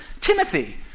Timothy